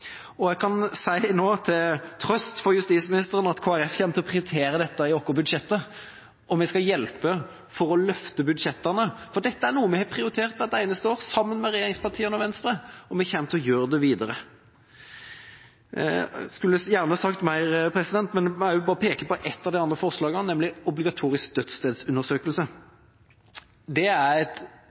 Jeg kan si nå – til trøst for justisministeren – at Kristelig Folkeparti kommer til å prioritere dette i sine budsjetter. Vi skal hjelpe til med å løfte budsjettene, for dette er noe vi har prioritert hvert eneste år – sammen med regjeringspartiene og Venstre – og vi kommer til å gjøre det videre. Jeg skulle gjerne sagt mer, men vil bare peke på et av de andre forslagene til vedtak, nemlig obligatorisk dødsstedsundersøkelse. Det er et